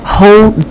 hold